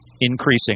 Increasing